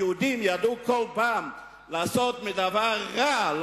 היהודים ידעו כל פעם לעשות מדבר רע,